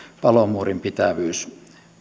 palomuurin pitävyys